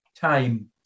time